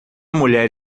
mulher